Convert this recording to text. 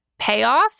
payoff